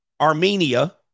Armenia